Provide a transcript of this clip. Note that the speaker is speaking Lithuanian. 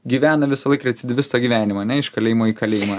gyvena visąlaik recidyvisto gyvenimą ane iš kalėjimo į kalėjimą